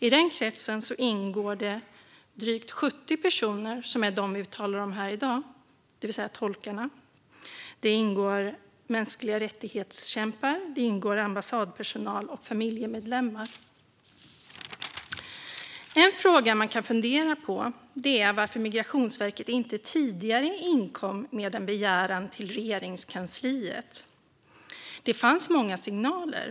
I denna krets ingår de drygt 70 personer som vi talar om här i dag, det vill säga tolkarna. Där ingår också människor som kämpar för mänskliga rättigheter, ambassadpersonal och familjemedlemmar. En fråga man kan fundera på är varför Migrationsverket inte tidigare inkom med en begäran till Regeringskansliet. Det fanns många signaler.